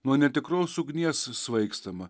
nuo netikros ugnies svaigstama